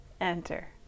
enter